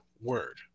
word